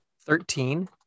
thirteen